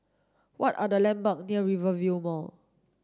what are the landmark near Rivervale Mall